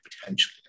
potentially